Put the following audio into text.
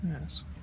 Yes